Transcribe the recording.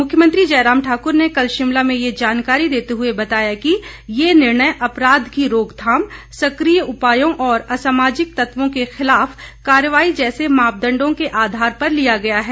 मुख्यमंत्री जयराम ठाक्र ने कल शिमला में ये जानकारी देते हुए बताया कि ये निर्णय अपराध की रोकथाम सक्रिय उपायों और असामाजिक तत्वों के खिलाफ कार्रवाई जैसे मापदंडों के आधार पर लिया गया है